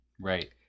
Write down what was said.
Right